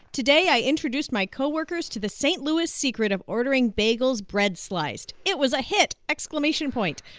today i introduced my co-workers to the st. louis secret of ordering bagels bread sliced. it was a hit exclamation point.